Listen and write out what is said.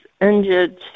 injured